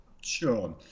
sure